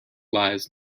lies